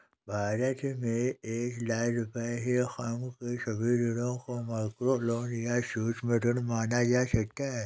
भारत में एक लाख रुपए से कम के सभी ऋणों को माइक्रोलोन या सूक्ष्म ऋण माना जा सकता है